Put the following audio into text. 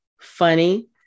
funny